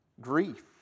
grief